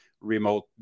Remote